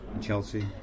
Chelsea